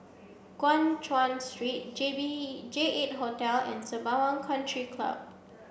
Guan Chuan Street J B J eight Hotel and Sembawang Country Club